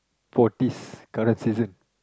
for this current season